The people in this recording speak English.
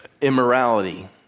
immorality